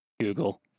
Google